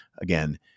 again